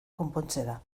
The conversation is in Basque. konpontzera